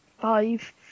five